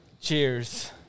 Cheers